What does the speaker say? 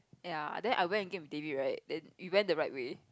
ya then I went again with David right then we went the right way